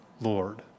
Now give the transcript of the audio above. Lord